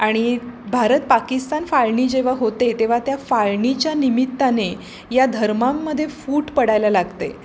आणि भारत पाकिस्तान फाळणी जेव्हा होते तेव्हा त्या फाळणीच्या निमित्ताने या धर्मांमधे फूट पडायला लागते